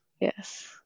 Yes